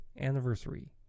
anniversary